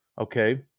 Okay